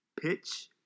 pitch